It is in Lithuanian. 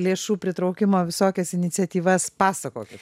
lėšų pritraukimo visokias iniciatyvas pasakokit